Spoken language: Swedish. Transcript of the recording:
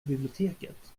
biblioteket